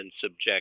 subject